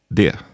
det